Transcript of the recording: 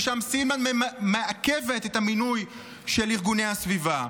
ששם סילמן מעכבת את המינוי של ארגוני הסביבה,